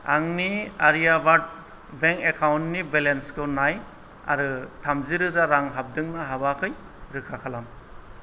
आंनि आर्याभार्ट बेंक नि एकाउन्टनि बेलेन्सखौ नाय आरो थामजिरोजा रां हाबदों ना हाबाखै रोखा खालाम